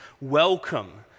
welcome